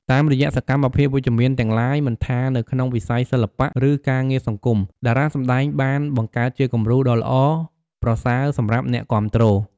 តាមរយៈសកម្មភាពវិជ្ជមានទាំងឡាយ មិនថានៅក្នុងវិស័យសិល្បៈ ឬការងារសង្គម តារាសម្ដែងបាន បង្កើតជាគំរូដ៏ល្អប្រសើរ សម្រាប់អ្នកគាំទ្រ។